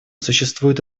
существуют